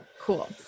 Cool